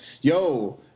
yo